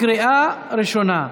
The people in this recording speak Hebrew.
לקריאה ראשונה.